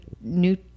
new